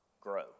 grow